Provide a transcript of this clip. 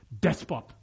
despot